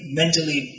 mentally